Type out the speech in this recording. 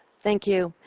thank you.